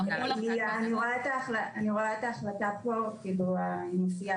-- ההחלטה פה מולי.